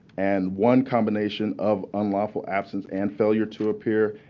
and one combination of unlawful absence and failure to appear.